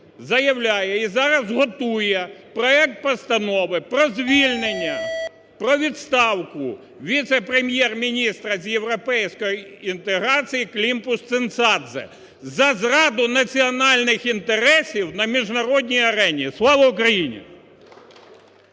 заявляє і зараз готує проект постанови про звільнення, про відставку віце-прем'єр-міністра з європейської інтеграції Климпуш-Цинцадзе за зраду національних інтересів на міжнародній арені. Слава Україні!